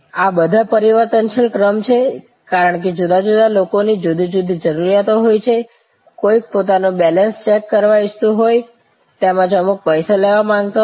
આ બધા પરિવર્તનશીલ ક્રમ છે કારણ કે જુદા જુદા લોકોની જુદી જુદી જરૂરિયાતો હોય છે કોઈક પોતાનું બેલેન્સ ચેક કરવા ઈચ્છતું હોય તેમજ અમુક પૈસા લેવા માંગતા હોય